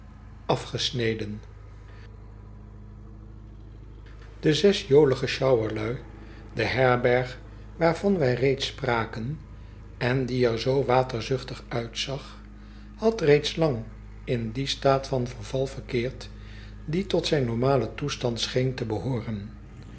afgesneden de zes jolige sjouwerlui de herberg waarvan wij reeds spraken en die er zoo waterzuchtig uitzag had reeds lang in dien staat van verval verkeerd die tot zijn normalen toestand scheen te behooren